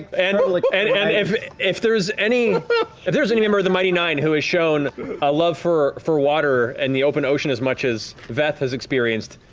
and like and and if if there's any and there's any member of the mighty nein who has shown a love for for water and the open ocean as much as veth has experienced,